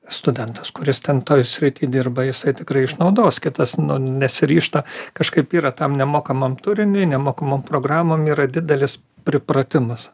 studentas kuris ten toj srity dirba jisai tikrai išnaudos kitas nu nesiryžta kažkaip yra tam nemokamam turiniui nemokamom programom yra didelis pripratimas